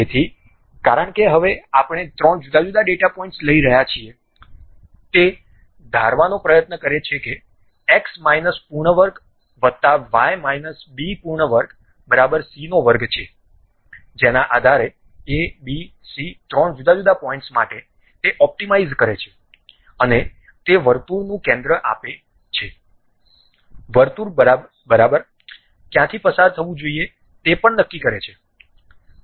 તેથી કારણ કે હવે આપણે ત્રણ જુદા જુદા ડેટા પોઇન્ટ્સ લઈ રહ્યા છીએ તે ધારવાનો પ્રયત્ન કરે છે કે X માઇનસ પૂર્ણવર્ગ વત્તા y માઇનસ b પૂર્ણવર્ગ બરાબર c નો વર્ગ છે જેના આધારે a b c ત્રણ જુદા જુદા પોઇન્ટ્સ માટે તે ઓપ્ટિમાઇઝ કરે છે અને તે વર્તુળનું કેન્દ્ર આપે છે વર્તુળ બરાબર ક્યાંથી પસાર થવું જોઈએ તે પણ નક્કી કરે છે